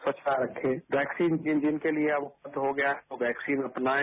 स्वच्छता रखें वैक्सीन जिन जिन के लिए अब उपलब्ध हो गया यो वैक्सीन अपनाएं